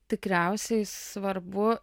tikriausiai svarbu